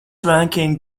ranking